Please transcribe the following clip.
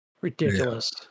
ridiculous